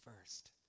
first